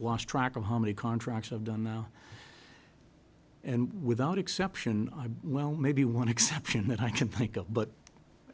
lost track of how many contracts i've done now and without exception i well maybe one exemption that i can think of but